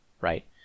right